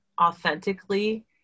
authentically